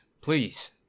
Please